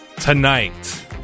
Tonight